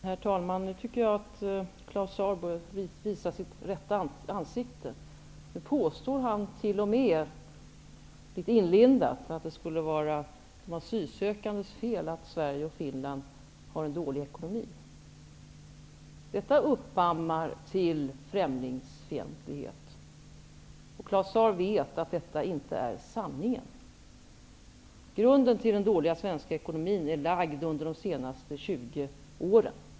Herr talman! Nu tycker jag att Claus Zaar visar sitt rätta ansikte. Nu påstår han t.o.m., litet inlindat, att det skulle vara de asylsökandes fel att Sverige och Finland har en dålig ekonomi. Detta uppammar till främlingsfientlighet. Claus Zaar vet att detta inte är sanningen. Grunden till den dåliga svenska ekonomin har lagts under de senaste 20 åren.